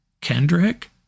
Kendrick